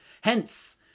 Hence